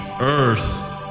earth